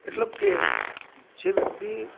એટલે કે જે વ્યક્તિ